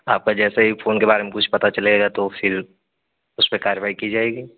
आपका जैसे ही फोन के बारे में कुछ पता चलेगा तो फिर उसपर कार्यवाही की जाएगी